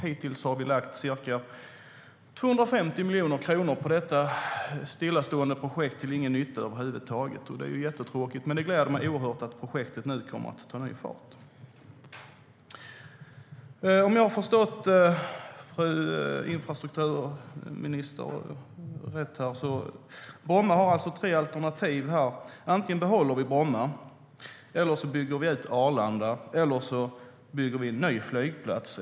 Hittills har vi lagt ca 250 miljoner kronor på detta stillastående projekt till ingen nytta över huvud taget. Det är jättetråkigt, men det gläder mig oerhört att projektet nu kommer att ta ny fart. Om jag har förstått fru infrastrukturministern rätt finns det alltså tre alternativ. Antingen behåller vi Bromma, bygger ut Arlanda eller bygger en ny flygplats.